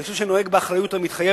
אני חושב שאני נוהג באחריות המתחייבת,